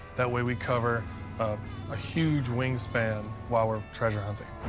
that way, we cover up a huge wingspan while we're treasure hunting.